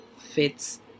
fits